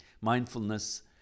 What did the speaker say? mindfulness